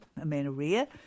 amenorrhea